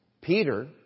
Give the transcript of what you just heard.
Peter